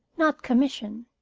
not commission.